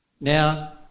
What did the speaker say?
Now